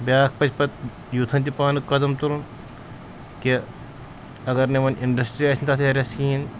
بیٛاکھ پزِ پَتہٕ یوٗتھَن تہِ پانہٕ قدم تُلُن کہِ اگر نہٕ وۄنۍ اِنٛڈَسٹِرٛی آسہِ نہٕ تَتھ ایرِیاہس کِہیٖنۍ